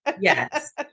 Yes